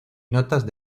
notas